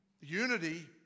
unity